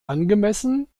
angemessen